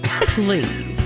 Please